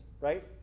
right